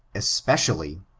especially,